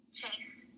chase